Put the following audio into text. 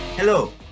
Hello